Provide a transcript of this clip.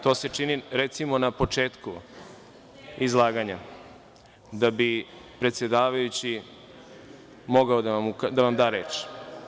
To se čini recimo na početku izlaganja da bi predsedavajući mogao da vam da reč.